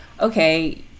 okay